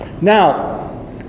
Now